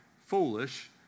foolish